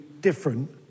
different